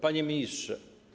Panie Ministrze!